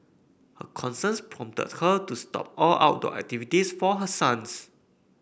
her concerns prompted her to stop all outdoor activities for her sons